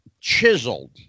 chiseled